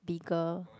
bigger